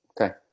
Okay